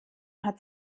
hat